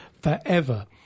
forever